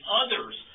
others